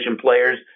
players